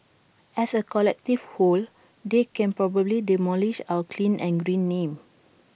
as A collective whole they can probably demolish our clean and green name